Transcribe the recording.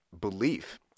belief